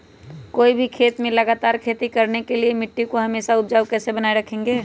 कोई भी खेत में लगातार खेती करने के लिए मिट्टी को हमेसा उपजाऊ कैसे बनाय रखेंगे?